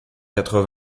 quatre